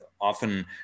often